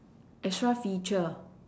extra feature